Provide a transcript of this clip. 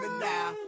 now